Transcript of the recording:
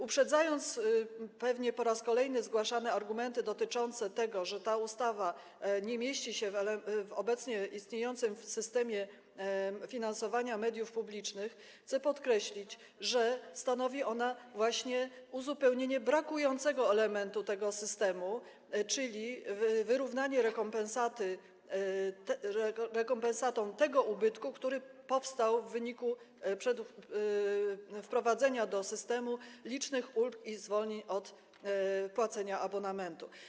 Uprzedzając pewnie po raz kolejny zgłaszane argumenty dotyczące tego, że ta ustawa nie mieści się w obecnie istniejącym systemie finansowania mediów publicznych, chcę podkreślić, że stanowi ona właśnie uzupełnienie brakującego elementu tego systemu, czyli wyrównanie rekompensatą tego ubytku, który powstał w wyniku wprowadzenia do systemu licznych ulg i zwolnień od płacenia abonamentu.